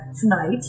tonight